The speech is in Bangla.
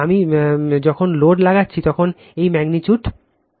আমি যখন মোড লাগাচ্ছি তখন এই ম্যাগনিটিউড এই ম্যাগনিটিউড